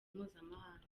mpuzamahanga